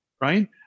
right